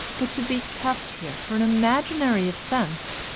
but to be kept here for an imaginary offence,